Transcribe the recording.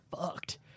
fucked